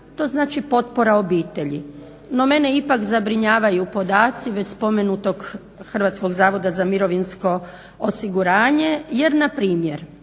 To znači potpora obitelji. No, mene ipak zabrinjavaju podaci već spomenutog Hrvatskog zavoda za mirovinsko osiguranje, jer na primjer